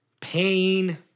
pain